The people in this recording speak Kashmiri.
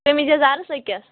کٔمیٖز یَزارَس أکِس